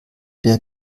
der